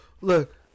Look